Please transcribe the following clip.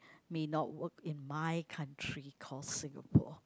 may not work in my country called Singapore